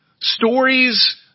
Stories